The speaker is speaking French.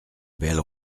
belle